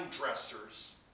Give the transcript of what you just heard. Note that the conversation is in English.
dressers